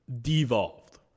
devolved